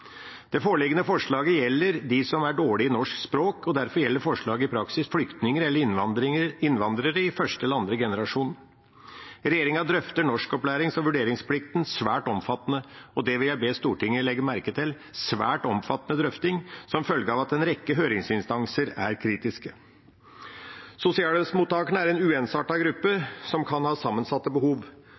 Det foreliggende forslaget gjelder dem som er dårlige i norsk språk, derfor gjelder det i praksis flyktninger eller innvandrere i første eller andre generasjon. Regjeringa drøfter norskopplærings- og vurderingsplikten svært omfattende – og det vil jeg be Stortinget legge merke til: en svært omfattende drøfting – som følge av at en rekke høringsinstanser er kritiske. Sosialhjelpsmottakerne er en uensartet gruppe som kan ha sammensatte behov,